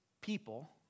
people